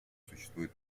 существует